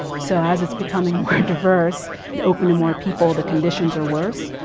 so as it's becoming more diverse and open to more people the conditions are worse.